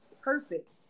perfect